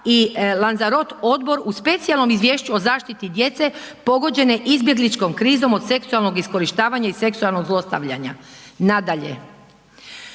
i Lanzarot odbor u specijalnom izvješću o zaštiti djece pogođene izbjegličkom krizom od seksualnog iskorištavanja i seksualnog zlostavljanja. Nadalje,